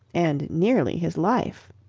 and nearly his life.